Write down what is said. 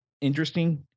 interesting